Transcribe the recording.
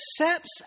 accepts